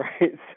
right